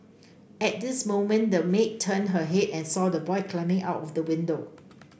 at this moment the maid turned her head and saw the boy climbing out of the window